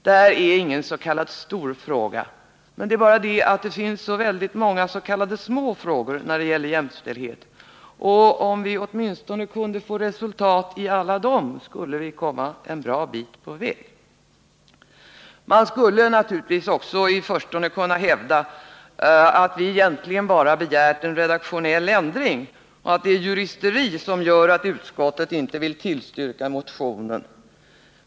Det här är ingen s.k. stor fråga, men det är bara det att det finns så många s.k. små frågor när det gäller jämställdhet. Om vi kunde få något resultat åtminstone i alla dem, skulle vi komma en bra bit på väg. Man skulle naturligtvis också i förstone kunna hävda att vi egentligen bara begärt en redaktionell ändring och att det är juristeri som gör att utskottet inte vill tillstyrka motionen.